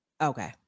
okay